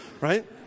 right